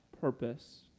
purpose